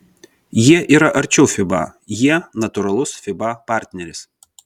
jie yra arčiau fiba jie natūralus fiba partneris